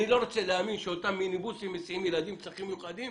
אני לא רוצה להאמין שאותם מיניבוסים מסיעים ילדים עם צרכים מיוחדים.